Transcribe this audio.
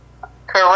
Correct